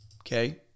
okay